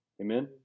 Amen